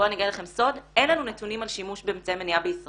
בואו אני אגלה לכם סוד אין לנו נתונים על שימוש באמצעי מניעה בישראל,